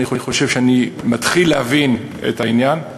אני חושב שאני מתחיל להבין את העניין.